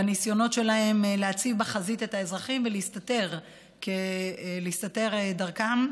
בניסיונות שלהם להציב בחזית את האזרחים ולהסתתר דרכם.